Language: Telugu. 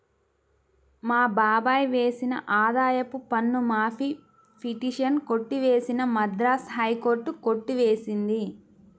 మా బాబాయ్ వేసిన ఆదాయపు పన్ను మాఫీ పిటిషన్ కొట్టివేసిన మద్రాస్ హైకోర్టు కొట్టి వేసింది